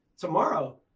tomorrow